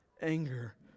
anger